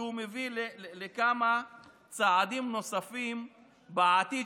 כי הוא מביא לכמה צעדים נוספים בעתיד,